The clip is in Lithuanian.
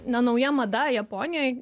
na nauja mada japonijoj